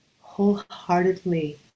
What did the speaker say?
wholeheartedly